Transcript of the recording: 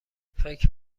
فکر